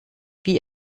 wie